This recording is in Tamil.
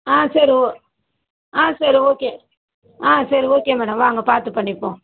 ஆ சரி ஓ ஆ சரி ஓகே ஆ சரி ஓகே மேடம் வாங்க பார்த்து பண்ணிப்போம்